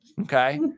Okay